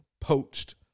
poached